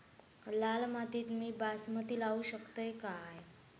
लाल मातीत मी बासमती लावू शकतय काय?